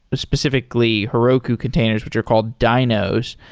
specifi cally heroku containers, which are called dynos.